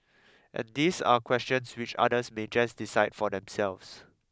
and these are questions which others may just decide for themselves